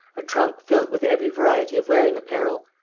a trunk filled with every variety of wearing-apparel,